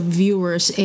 viewers